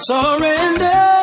Surrender